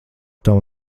tavu